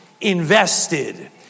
invested